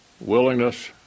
willingness